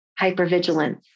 hypervigilance